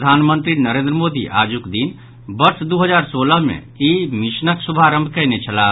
प्रधानमंत्री नरेन्द्र मोदी आजुक दिन वर्ष दू हजार सोलह मे इ मिशनक शुभारंभ कयने छलाह